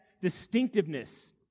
distinctiveness